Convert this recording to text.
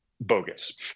bogus